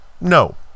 No